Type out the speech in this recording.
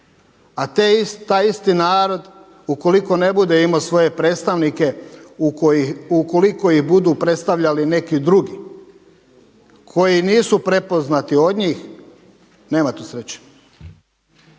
a taj isti narod ukoliko ne bude imao svoje predstavnike, ukoliko ih budu predstavljali neki drugi koji nisu prepoznati od njih nema tu sreće.